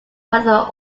weather